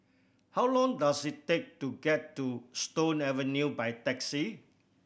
how long does it take to get to Stone Avenue by taxi